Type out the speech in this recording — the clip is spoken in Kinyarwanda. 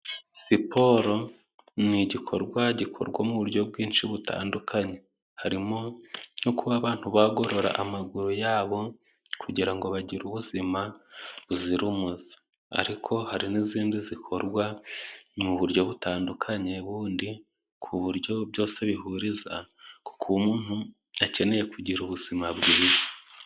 Siporo ni igikorwa gikorwa mu buryo bwinshi butandukanye, harimo no kuba abantu bagorora amaguru yabo kugira ngo bagire ubuzima buzira umuze ariko hari n'izindi zikorwa mu buryo butandukanye bundi ku buryo byose bihuriza ku kuntu akeneye kugira ubuzima bwiza.